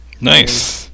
Nice